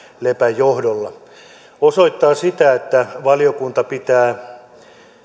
lepän johdolla se osoittaa sitä että valiokunta pitää